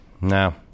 no